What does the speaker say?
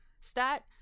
stat